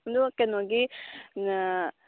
ꯑꯗꯣ ꯀꯩꯅꯣꯒꯤ